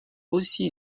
aussi